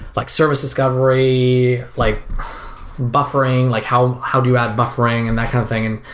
like service discovery, like buffering, like how how do you add buffering and that kind of thing. and